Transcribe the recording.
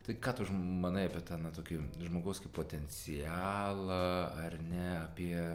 tai ką tu manai apie tą na tokį žmogaus potencialą ar ne apie